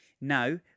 Now